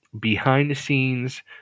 behind-the-scenes